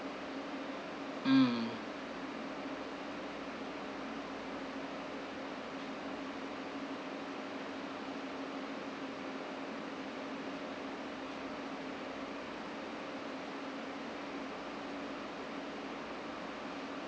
mm